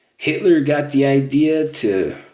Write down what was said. hitler got the idea to